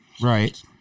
Right